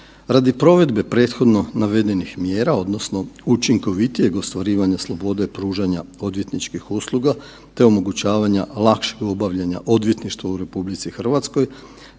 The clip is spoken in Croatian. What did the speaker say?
Radi provedbe prethodno navedenih mjera odnosno učinkovitijeg ostvarivanja slobode pružanja odvjetničkih usluga te omogućavanja lakšeg obavljanja odvjetništva u RH,